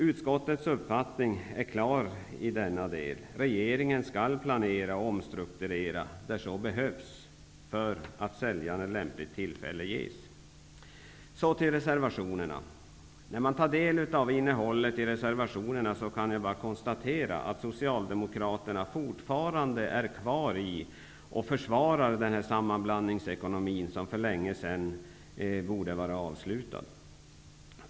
Utskottets uppfattning är klar i denna del. Regeringen skall planera och omstrukturera där så behövs för att sälja när lämpligt tillfälle ges. Så till reservationerna. När jag nu tagit del av innehållet i reservationerna, kan jag konstatera att Socialdemokraterna fortfarande är kvar i -- och försvarar -- den sammanblandningsekonomi som borde ha varit avslutad för länge sedan.